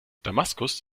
damaskus